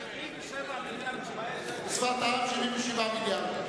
77 מיליארד, שפת העם, 77 מיליארד.